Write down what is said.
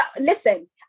Listen